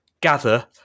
gather